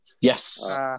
Yes